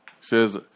says